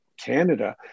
Canada